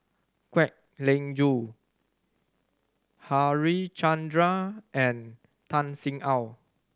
Kwek Leng Joo Harichandra and Tan Sin Aun